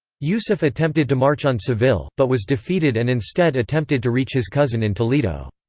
yusuf attempted to march on seville, but was defeated and instead attempted to reach his cousin in toledo.